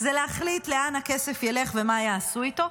זה להחליט לאן הכסף ילך ומה יעשו איתו,